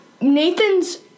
Nathan's